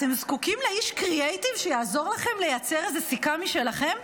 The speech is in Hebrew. אתם זקוקים לאיש קריאייטיב שיעזור לכם לייצר איזו סיכה משלכם?